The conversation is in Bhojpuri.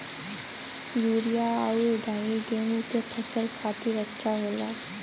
यूरिया आउर डाई गेहूं के फसल खातिर अच्छा होला